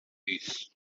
mis